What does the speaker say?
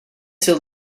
till